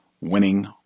winning